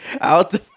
out